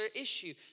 issue